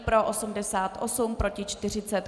Pro 88, proti 40.